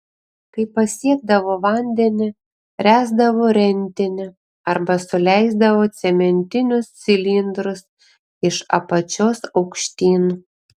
kai pasiekdavo vandenį ręsdavo rentinį arba suleisdavo cementinius cilindrus iš apačios aukštyn